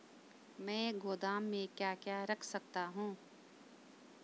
मैं गोदाम में क्या क्या रख सकता हूँ?